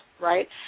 right